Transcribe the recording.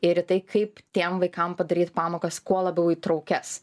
ir į tai kaip tiem vaikam padaryt pamokas kuo labiau įtraukias